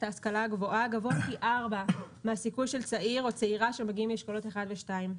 ההשכלה הגבוהה גבוה פי ארבעה מהסיכוי של צעיר או צעירה מאשכולות 1 ו-2.